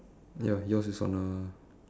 ya yours is on a